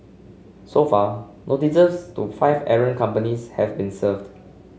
so far notices to five errant companies have been served